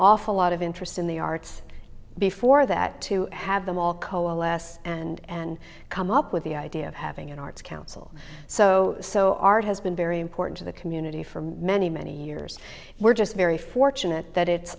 awful lot of interest in the arts before that to have them all coalesce and come up with the idea of having an arts council so so art has been very important to the community for many many years we're just very fortunate that it's